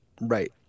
right